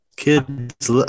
Kids